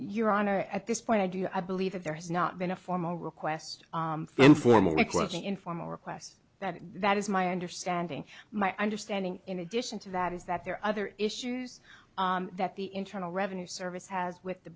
your honor at this point i do believe that there has not been a formal request informal requesting informal requests that that is my understanding my understanding in addition to that is that there are other issues that the internal revenue service has with the